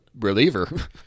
reliever